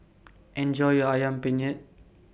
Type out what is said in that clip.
Enjoy your Ayam Penyet